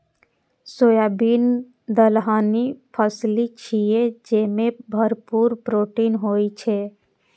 soybean दलहनी फसिल छियै, जेमे भरपूर प्रोटीन होइ छै